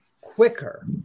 quicker